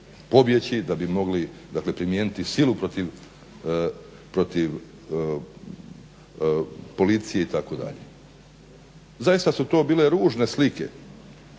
da bi mogli primijeniti silu protiv policije itd. Zaista su to bile ružne slike